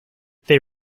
they